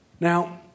Now